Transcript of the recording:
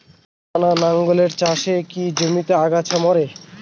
টানা লাঙ্গলের চাষে কি জমির আগাছা মরে?